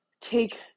take